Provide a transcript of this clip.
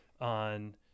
on